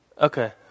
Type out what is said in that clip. Okay